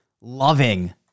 loving